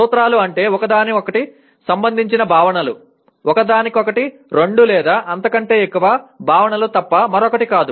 సూత్రాలు అంటే ఒకదానికొకటి సంబంధించిన భావనలు ఒకదానికొకటి రెండు లేదా అంతకంటే ఎక్కువ భావనలు తప్ప మరొకటి కాదు